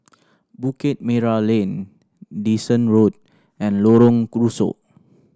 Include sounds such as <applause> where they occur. Bukit Merah Lane Dyson Road and Lorong <unintelligible>